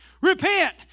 Repent